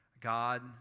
God